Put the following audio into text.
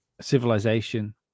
civilization